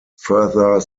further